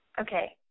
Okay